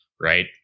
Right